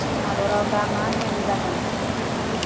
चीन हादरआव दा मा टाइम जादों